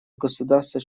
государства